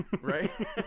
Right